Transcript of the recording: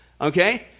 okay